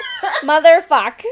Motherfuck